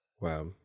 wow